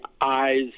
eyes